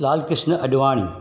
Lalkrishna Advani